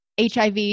HIV